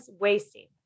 wasting